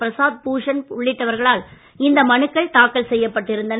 பிரசாத் பூஷன் உள்ளிட்டவர்களால் இந்த மனுக்கள் தாக்கல் செய்யப்பட்டிருந்தன